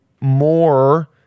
more –